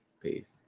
peace